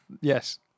yes